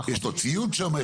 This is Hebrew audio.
יש לו ציוד שם,